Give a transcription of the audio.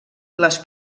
les